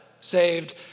Saved